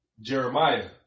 Jeremiah